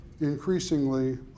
increasingly